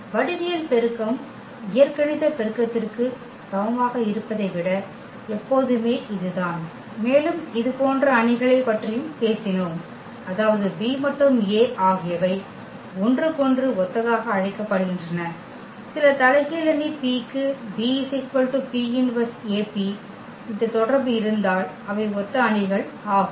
வடிவியல் பெருக்கம் இயற்கணித பெருக்கத்திற்கு சமமாக இருப்பதை விட எப்போதுமே இதுதான் மேலும் இதேபோன்ற அணிகளைப் பற்றியும் பேசினோம் அதாவது B மற்றும் A ஆகியவை ஒருவருக்கொருவர் ஒத்ததாக அழைக்கப்படுகின்றன சில தலைகீழ் அணி P க்கு B P−1AP இந்த தொடர்பு இருந்தால் அவை ஒத்த அணிகள் ஆகும்